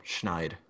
Schneid